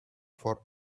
for